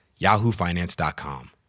yahoofinance.com